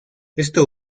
esto